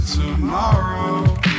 tomorrow